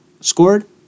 scored